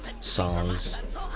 songs